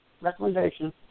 recommendation